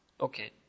Okay